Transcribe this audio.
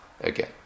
again